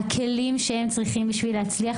הכלים שהם צריכים בשביל להצליח,